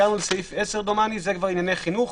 סעיף 10 מדבר על ענייני חינוך.